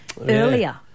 earlier